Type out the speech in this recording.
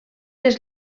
les